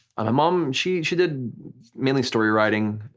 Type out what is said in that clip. and mom, she she did mainly story writing.